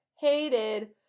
hated